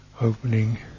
opening